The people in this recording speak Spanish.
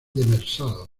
demersal